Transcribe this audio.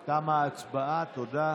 תודה.